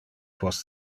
post